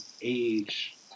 age